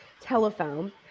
telephone